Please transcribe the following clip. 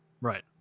Right